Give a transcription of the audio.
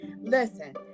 Listen